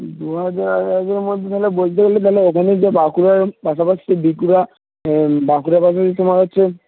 দু হাজার হাজারের মধ্যে তাহলে বলতে গেলে তাহলে ওখানে গিয়ে বাঁকুড়ার পাশাপাশি যে দিকগুলা বাঁকুড়ার পাশাপাশি তোমার হচ্ছে